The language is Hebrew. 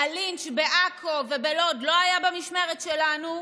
הלינץ' בעכו ובלוד לא היה במשמרת שלנו,